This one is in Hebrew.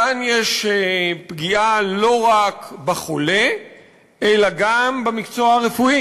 כאן יש פגיעה לא רק בחולה אלא גם במקצוע הרפואי.